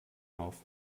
auf